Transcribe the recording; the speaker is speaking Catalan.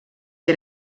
que